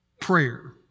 prayer